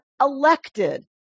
elected